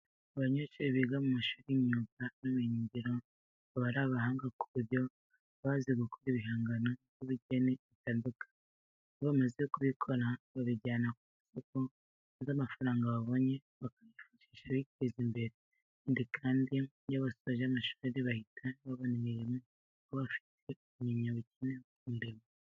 Abanyeshuri biga mu mashuri y'imyuga n'ubumenyingiro baba ari abahanga ku buryo bazi gukora ibihangano by'ubugeni bitandukanye. Iyo bamaze kubikora babijyana ku masoko maze amafaranga babonye bakayifashisha biteza imbere. Ikindi kandi, iyo basoje amashuri bahita babona imirimo kuko baba bafite ubumenyi bukenewe ku murimo.